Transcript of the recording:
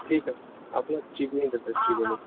ঠিক আছে আপোনাৰ ত্ৰিবেণীত আছে ত্ৰিবেণীত